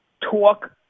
talk